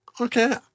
Okay